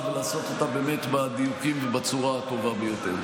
ולעשות אותה בדיוקים ובצורה הטובה ביותר.